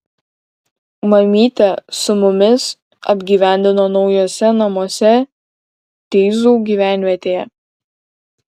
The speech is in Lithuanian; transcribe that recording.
mamytę su mumis apgyvendino naujuose namuose teizų gyvenvietėje